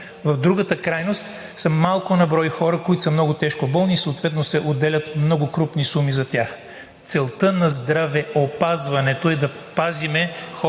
в другата крайност са малко на брой хора, които са много тежко болни и съответно за тях се отделят много крупни суми. Целта на здравеопазването е да пазим хората